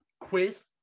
quiz